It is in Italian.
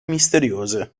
misteriose